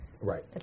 Right